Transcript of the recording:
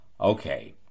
Okay